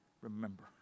Remember